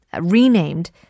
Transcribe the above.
renamed